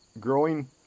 growing